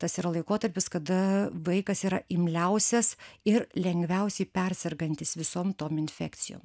tas yra laikotarpis kada vaikas yra imliausias ir lengviausiai persergantis visom tom infekcijom